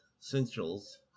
Essentials